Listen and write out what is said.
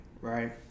right